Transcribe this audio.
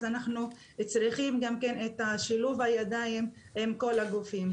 אז אנחנו צריכים את שילוב הידיים עם כל הגופים.